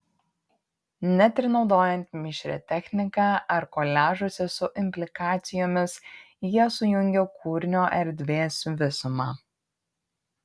net ir naudojant mišrią techniką ar koliažuose su implikacijomis jie sujungia kūrinio erdvės visumą